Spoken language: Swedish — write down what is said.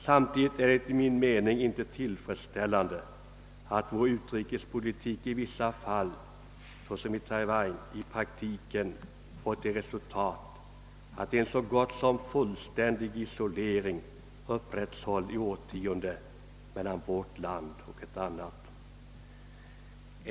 Samtidigt är det enligt min mening inte tillfredsställande att vår utrikespolitik i vissa fall — såsom beträffande Taiwan — i praktiken får till resultat, att en så gott som fullständig isolering upprätthålls i årtionden mellan vårt land och ett annat.